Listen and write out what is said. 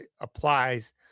applies